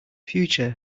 future